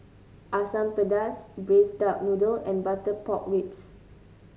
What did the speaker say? Asam Pedas Braised Duck Noodle and Butter Pork Ribs